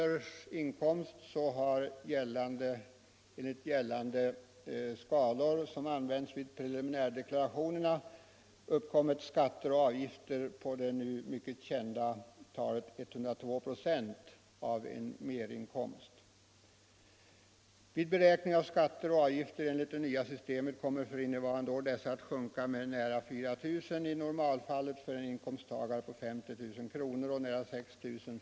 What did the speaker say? i inkomst har med nu gällande skalor som används vid preliminärdeklarationerna uppkommit skatter och avgifter på det nu mycket kända talet 102 96 av en merinkomst. En beräkning av skatter och avgifter enligt det nya systemet visar att dessa för innevarande år sjunker med nära 4 000 kr. i normalfallet för en inkomst på 50 000 kr. och med nära 6 000 kr.